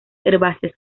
herbáceas